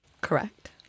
Correct